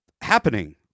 happening